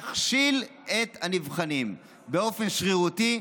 להכשיל את הנבחנים באופן שרירותי,